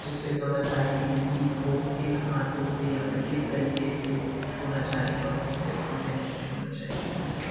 जिससे समझ आए कि बिजली को किन हाथों से या फिर किस तरीके से छूना चाहिए और किस तरीके से नहीं छूना चाहिए धन्यवाद